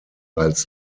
als